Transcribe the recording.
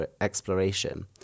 exploration